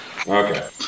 Okay